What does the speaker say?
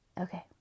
Okay